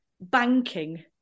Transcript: banking